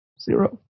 Zero